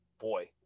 boy